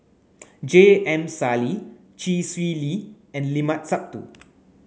J M Sali Chee Swee Lee and Limat Sabtu